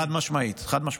חד-משמעית, חד-משמעית.